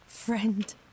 friend